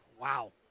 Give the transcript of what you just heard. Wow